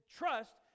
trust